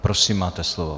Prosím máte slovo.